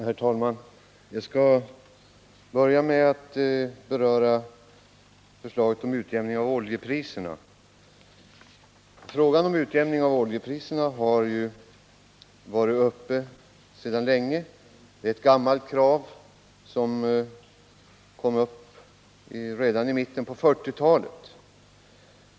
Herr talman! Jag skall börja med att beröra förslaget om en utjämning av oljepriserna. Frågan om en utjämning av oljepriserna mellan olika geografiska områden är ett gammalt krav, som restes redan i mitten av 1940-talet.